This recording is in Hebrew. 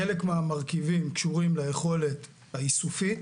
חלק מהמרכיבים קשורים ליכולת האיסוף,